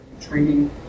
training